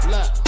Look